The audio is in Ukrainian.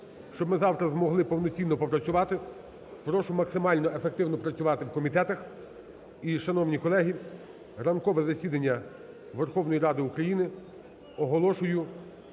Щоб ми завтра змогли активно попрацювати, прошу максимально ефективно працювати у комітетах. І, шановні колеги, ранкове засідання Верховної Ради України оголошую